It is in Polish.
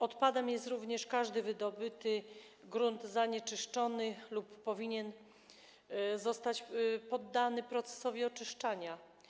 Odpadem jest również każdy wydobyty grunt zanieczyszczony, który powinien zostać poddany procesowi oczyszczania.